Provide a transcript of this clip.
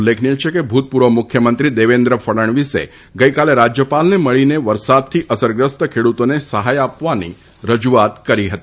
ઉલ્લેખનીય છેકે ભૂતપૂર્વ મુખ્યમંત્રી દેવેન્દ્ર ફડણવીસે ગઈકાલે રાજ્યપાલને મળીને વરસાદથી અસરગ્રસ્ત ખેડૂતોને સહાય આપવાની રજૂઆત કરી હતી